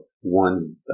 one